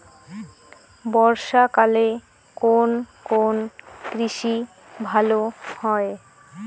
বর্ষা কালে কোন কোন কৃষি ভালো হয়?